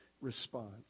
response